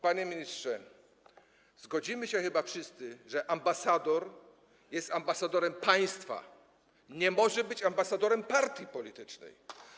Panie ministrze, zgodzimy się chyba wszyscy, że ambasador jest ambasadorem państwa, nie może być ambasadorem partii politycznej.